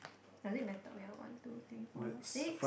does it matter wait ah one two three four five six